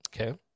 Okay